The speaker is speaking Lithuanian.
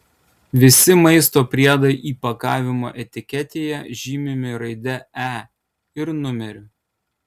visi maisto priedai įpakavimo etiketėje žymimi raide e ir numeriu